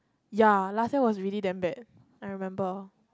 ya last time was really damn bad I remember